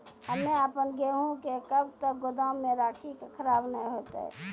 हम्मे आपन गेहूँ के कब तक गोदाम मे राखी कि खराब न हते?